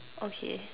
okay